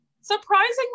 Surprisingly